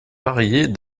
varier